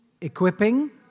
Equipping